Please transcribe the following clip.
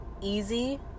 easy